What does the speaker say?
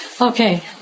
Okay